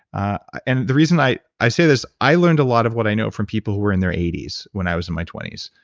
and the reason i i say this, i learned a lot of what i know from people who were in their eighty s when i was in my twenty s,